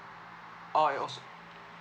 oh it also